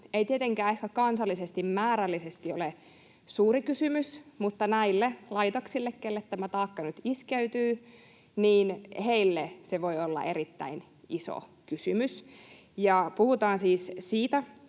ei tietenkään ehkä kansallisesti määrällisesti ole suuri kysymys, mutta näille laitoksille, joille tämä taakka nyt iskeytyy, se voi olla erittäin iso kysymys. Puhutaan siis siitä,